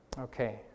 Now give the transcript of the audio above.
Okay